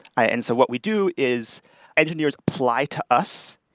ah and so what we do is engineers apply to us,